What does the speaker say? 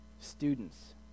Students